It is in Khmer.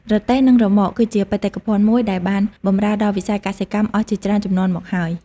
រទេះនឹងរ៉ឺម៉ក គឺជាបេតិកភណ្ឌមួយដែលបានបម្រើដល់វិស័យកសិកម្មអស់ជាច្រើនជំនាន់មកហើយ។